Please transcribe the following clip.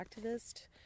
activist